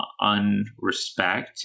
unrespect